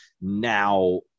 Now